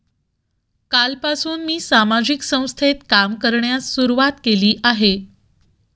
कालपासून मी सामाजिक संस्थेत काम करण्यास सुरुवात केली आहे